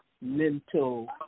mental